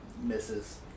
misses